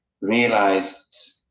realized